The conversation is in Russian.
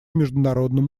международным